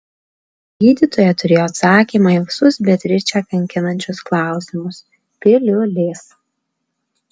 gydytoja turėjo atsakymą į visus beatričę kankinančius klausimus piliulės